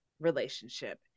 relationship